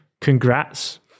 Congrats